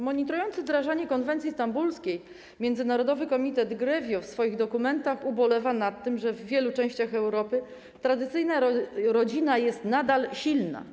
Monitorujący wdrażanie konwencji stambulskiej międzynarodowy komitet GREVIO w swoich dokumentach ubolewa nad tym, że w wielu częściach Europy tradycyjna rodzina jest nadal silna.